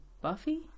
Buffy